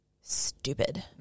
stupid